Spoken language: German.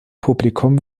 publikum